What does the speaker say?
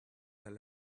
their